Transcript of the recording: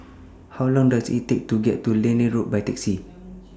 How Long Does IT Take to get to Liane Road By Taxi